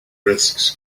risks